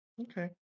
Okay